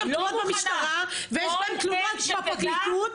יש גם תלונות במשטרה ויש גם תלונות בפרקליטות,